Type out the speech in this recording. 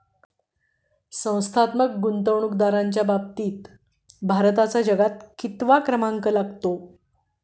संस्थात्मक गुंतवणूकदारांच्या बाबतीत भारताचा जगात कितवा क्रमांक लागतो?